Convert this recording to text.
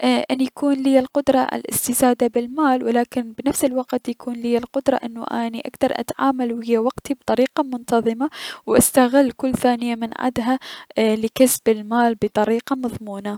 اي انو يكون ليا القدرة الأستزادة بالمال ولكن بنفس الوقت يكون ليا القدرة انو اني اتعامل ويا وقتي بطريقة منتظمة و استغل كل ثانية من عدها لكسب المال بطريقة مظمونة.